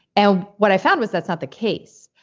and what i found was that's not the case.